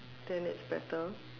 then is better